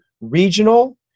regional